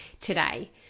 today